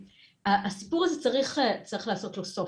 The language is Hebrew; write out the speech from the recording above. הסיפור הזה צריך לעשות לו סוף.